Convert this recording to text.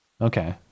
Okay